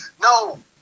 No